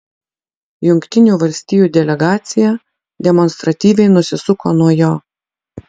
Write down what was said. jungtinių valstijų delegacija demonstratyviai nusisuko nuo jo